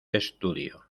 estudio